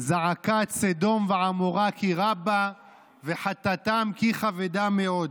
זעקת סדם ועמרה כי רבה וחטאתם כי כבדה מאד".